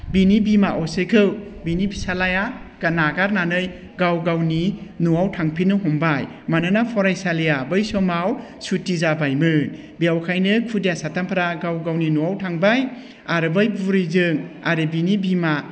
बिनि बिमा असेखौ बिनि फिसाज्लाया नागारनानै गाव गावनि न'आव थांफिननो हमबाय मानोना फरायसालिया बै समाव सुटि जाबायमोन बेखायनो खुदिया साथामफोरा गाव गावनि न'आव थांबाय आरो बै बुरैजों आरो बिनि बिमाजों